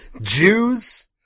Jews